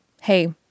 hey